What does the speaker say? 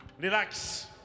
Relax